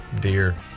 deer